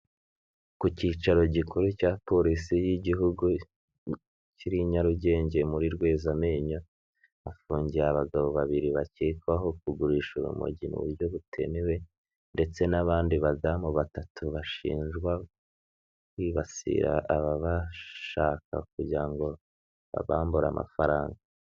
Ku cyicaro gikuru cya polisi y'igihugu kiri Nyarugenge muri Rwezamenyo, hafungiye abagabo babiri bakekwaho kugurisha urumogi mu buryo butemewe, ndetse n'abandi badamu batatu bashinjwa kwibasira ababashaka kugira ngo babambure amafaranga.